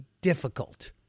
difficult